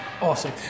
Awesome